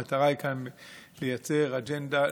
המטרה היא כאן לייצר אג'נדה,